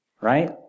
right